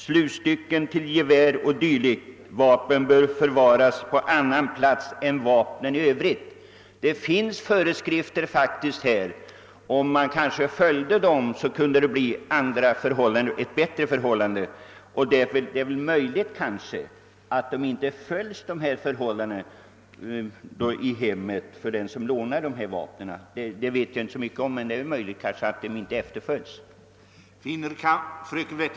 Slutstycken till gevär o. d. vapen bör förvaras på annan plats än vapnet i övrigt.» Det finns alltså föreskrifter. Om dessa följdes kunde det bli bättre förhållanden. Det är möjligt att dessa föreskrifter inte följs när vapen förvaras i hemmet.